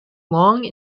long